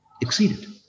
exceeded